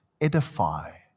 edify